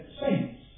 saints